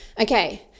Okay